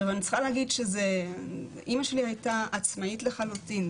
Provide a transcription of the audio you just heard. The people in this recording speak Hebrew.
ואני צריכה להגיד שאמא שלי הייתה עצמאית לחלוטין,